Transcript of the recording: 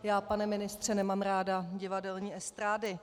Já, pane ministře, nemám ráda divadelní estrády.